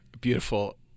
beautiful